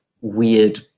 weird